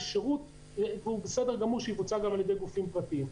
זה שירות שבסדר שיבוצע על ידי גופים פרטיים.